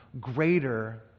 greater